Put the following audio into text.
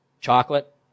Chocolate